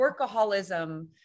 workaholism